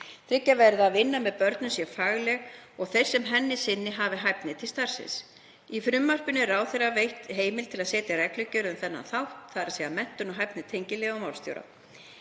tryggja verði að vinna með börnum sé fagleg og að þeir sem henni sinni hafi hæfni til starfans. Í frumvarpinu er ráðherra veitt heimild til að setja reglugerð um þennan þátt, þ.e. menntun og hæfni tengiliða og málstjóra.